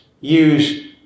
use